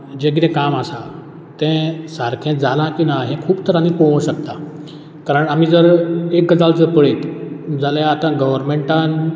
जें कितें काम आसा तें सारखें जालां की ना हें खूब तरांनी पळोवंक शकता कारण आमी जर एक गजाल ज पळयत जाल्या आतां गवरमँटान